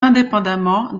indépendamment